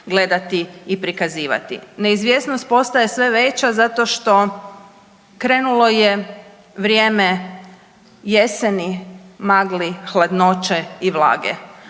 gledati i prikazivati. Neizvjesnost postaje sve veća zato što, krenulo je vrijeme jeseni, magli, hladnoći i vlage,